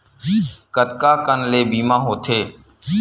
कतका कन ले बीमा होथे?